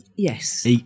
Yes